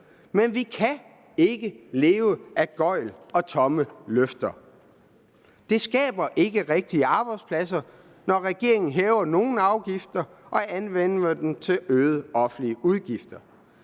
Men vi kan ikke leve af gøgl og tomme løfter. Det skaber ikke rigtige arbejdspladser, når regeringen hæver nogle afgifter og anvender dem til øgede offentlige udgifter,